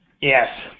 Yes